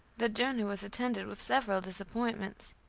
the journey was attended with several disappointments.